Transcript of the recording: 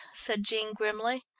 said jean grimly.